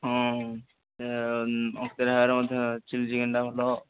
ହଁ ଅଙ୍କିତା ଢାବାରେ ମଧ୍ୟ ଚିଲି ଚିକେନ୍ଟା ଭଲ